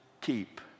keep